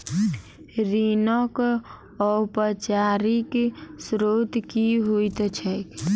ऋणक औपचारिक स्त्रोत की होइत छैक?